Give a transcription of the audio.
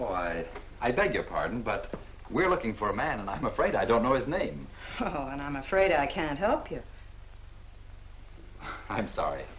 well i i beg your pardon but we're looking for a man and i'm afraid i don't know his name and i'm afraid i can't help you i'm sorry